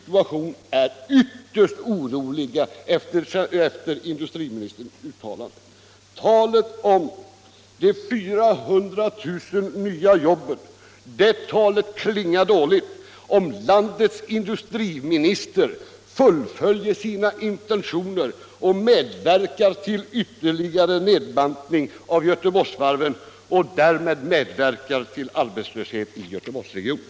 Talet om de 400 000 nya jobben klingar dåligt om landets industriminister fullföljer sina intentioner och medverkar till ytterligare nedbantning av Göteborgsvarven och därmed till arbetslöshet i Göteborgsregionen.